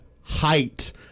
height